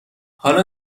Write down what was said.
حالا